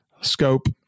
scope